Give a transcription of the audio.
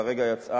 שהרגע יצאה,